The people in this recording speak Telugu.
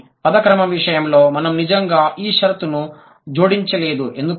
కానీ పద క్రమం విషయంలో మనం నిజంగా ఈ షరతును జోడించలేదు